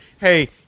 hey